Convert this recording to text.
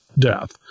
death